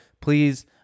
please